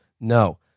No